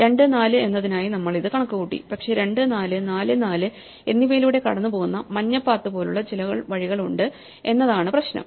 2 4 എന്നതിനായി നമ്മൾ ഇത് കണക്കുകൂട്ടി പക്ഷേ 2 4 4 4 എന്നിവയിലൂടെ കടന്നുപോകുന്ന മഞ്ഞ പാത്ത് പോലുള്ള ചില വഴികൾ ഉണ്ട് എന്നതാണ് പ്രശ്നം